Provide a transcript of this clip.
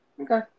Okay